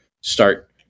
start